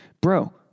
Bro